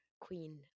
queen